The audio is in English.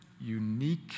unique